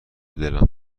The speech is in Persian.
دلم